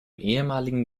ehemaligen